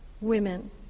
women